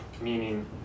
Meaning